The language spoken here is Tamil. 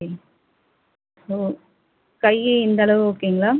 இன் எவ்வளோ கை இந்த அளவு ஓகேங்களா